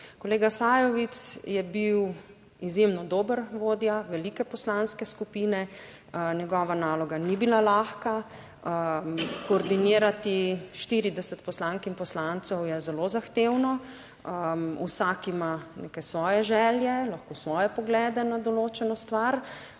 Kolega Sajovic je bil izjemno dober vodja velike poslanske skupine. Njegova naloga ni bila lahka. Koordinirati 40 poslank in poslancev je zelo zahtevno, vsak ima neke svoje želje, lahko svoje poglede na določeno stvar,